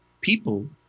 people